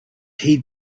heed